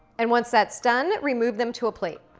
and once that's done, remove them to a plate.